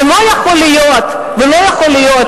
ולא יכול להיות ולא יכול להיות,